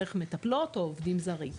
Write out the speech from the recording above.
דרך מטפלות או עובדים זרים.